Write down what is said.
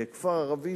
בכפר ערבי,